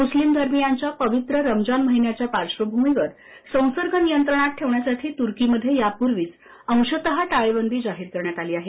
मुस्लिम धर्मियांच्या पवित्र रमजान महिन्याच्या पार्श्वभूमीवर संसर्ग नियंत्रणात ठेवण्यासाठी तुर्कीमध्ये यापूर्वीच अंशतः टाळेबंदी जाहीर करण्यात आली आहे